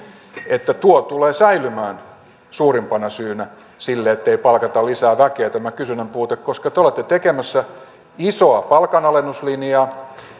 että tuo tulee säilymään suurimpana syynä siihen ettei palkata lisää väkeä tämä kysynnän puute koska te olette tekemässä isoa palkanalennuslinjaa